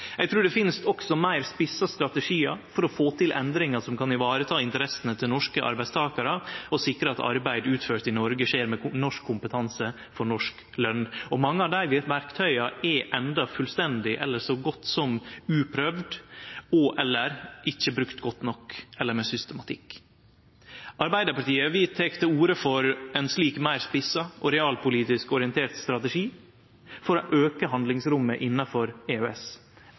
Eg trur det òg finst meir spissa strategiar for å få til endringar som kan vareta interessene til norske arbeidstakarar og sikre at arbeid utført i Noreg skjer med norsk kompetanse for norsk løn. Mange av dei verktøya er enno fullstendig eller så godt som uprøvde og/eller ikkje brukt godt nok eller med systematikk. Arbeidarpartiet tek til orde for ein slik meir spissa og realpolitisk orientert strategi for å auke handlingsrommet innanfor EØS.